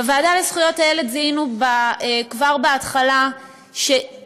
בוועדה לזכויות הילד זיהינו כבר בהתחלה שאנחנו